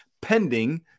pending